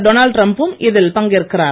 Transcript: Donald டிரம்பும் இதில் பங்கேற்கிறார்